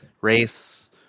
race